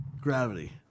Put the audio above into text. Gravity